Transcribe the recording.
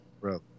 Bro